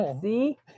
See